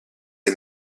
est